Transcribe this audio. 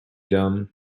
dumb